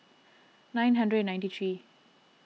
nine hundred ninety three